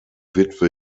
witwe